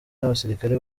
n’abasirikare